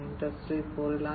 industry 4